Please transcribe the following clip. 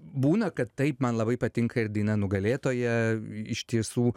būna kad taip man labai patinka ir daina nugalėtoja iš tiesų